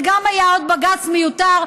זה גם היה עוד בג"ץ מיותר,